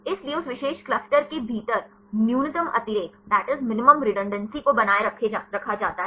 इसलिए उस विशेष क्लस्टर के भीतर न्यूनतम अतिरेक को बनाए रखा जाता है